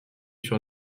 sur